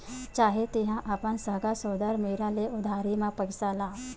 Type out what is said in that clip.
चाहे तेंहा अपन सगा सोदर मेरन ले उधारी म पइसा ला